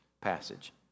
passage